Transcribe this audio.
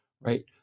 right